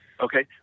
okay